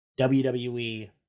WWE